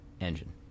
engine